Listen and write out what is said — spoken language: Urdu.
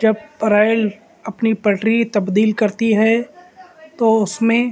جب ریل اپنی پٹری تبدیل کرتی ہے تو اس میں